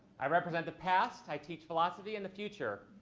i represent the past i teach philosophy and the future.